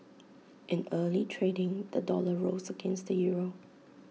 in early trading the dollar rose against the euro